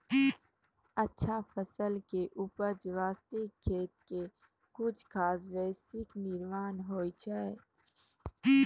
अच्छा फसल के उपज बास्तं खेती के कुछ खास बेसिक नियम होय छै